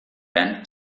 anne